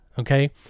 okay